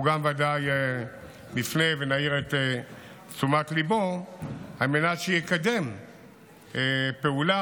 גם אנחנו בוודאי נפנה ונעיר את תשומת ליבו על מנת שיקדם פעולה,